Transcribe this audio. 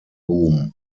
boom